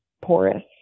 porous